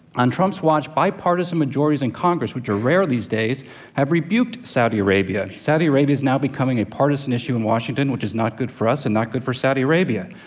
on trump's watch, bipartisan majorities in congress which are rare these days have rebuked saudi arabia. saudi arabia is now becoming a partisan issue in washington, which is not good for us and not good for saudi arabia.